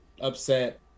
upset